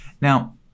Now